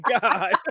god